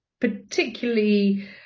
particularly